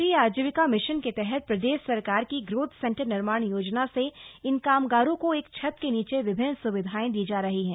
राष्ट्रीय आजीविका मिशन के तहत प्रदेश सरकार की ग्रोथ सेंटर निर्माण योजना से इन कामगारों को एक छत के नीचे विभिन्न सुविधाएं दी जा रही हैं